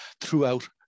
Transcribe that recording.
throughout